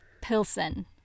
Pilsen